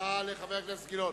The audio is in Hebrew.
תודה לחבר הכנסת גילאון.